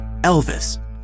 Elvis